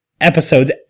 episodes